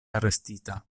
arestita